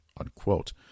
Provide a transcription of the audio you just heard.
unquote